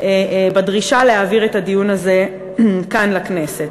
בדרישה להעביר את הדיון הזה כאן, לכנסת.